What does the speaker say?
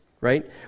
right